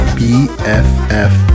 bff